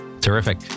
Terrific